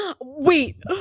wait